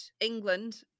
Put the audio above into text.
England